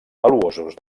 valuosos